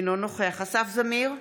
אינו נוכח אסף זמיר,